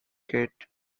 get